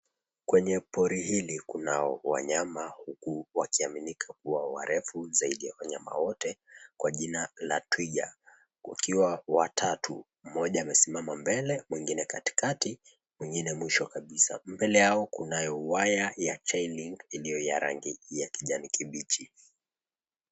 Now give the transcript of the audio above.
Kwenye pori hili kuna wanyama huku wakiaminika kuwa warefu zaidi ya wanyama wote kwa jina la Twiga. Wakiwa watatu, mmoja amesimama mbele, mwingine katikati, mwingine mwisho kabisa. Mbele yao kunayo waya ya chain link iliyo ya rangi ya kijani kibichi.